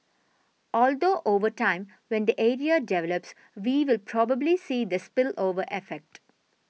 although over time when the area develops we will probably see the spillover effect